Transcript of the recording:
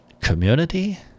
community